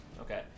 Okay